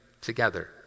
together